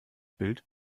bild